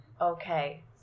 Okay